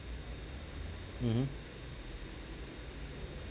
mmhmm